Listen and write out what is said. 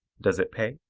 does it pay?